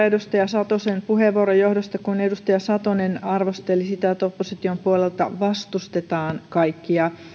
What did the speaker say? edustaja satosen puheenvuoron johdosta kun edustaja satonen arvosteli sitä että opposition puolelta vastustetaan kaikkia